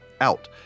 out